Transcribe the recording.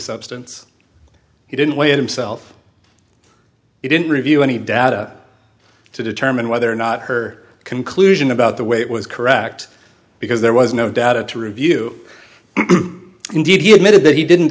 substance he didn't weigh it himself he didn't review any data to determine whether or not her conclusion about the weight was correct because there was no data to review indeed he admitted that he didn't